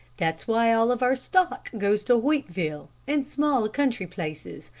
that's why all of our stock goes to hoytville, and small country places.